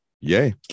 Yay